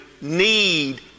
need